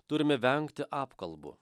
turime vengti apkalbų